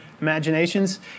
imaginations